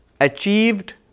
achieved